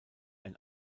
ein